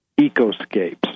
ecoscapes